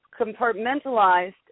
compartmentalized